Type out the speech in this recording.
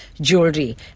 jewelry